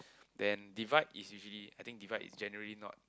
then divide is usually I think divide is generally not